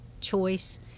choice